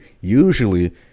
usually